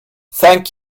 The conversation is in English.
thank